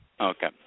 Okay